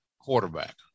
quarterback